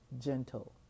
gentle